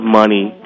money